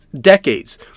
decades